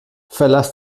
verlass